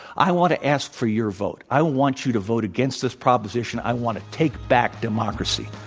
i want to ask for your vote. i want you to vote against this proposition. i want to take back democracy.